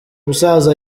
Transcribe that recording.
musaza